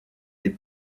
des